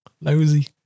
Lousy